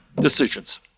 decisions